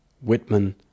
Whitman